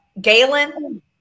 Galen